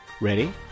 Ready